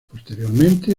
posteriormente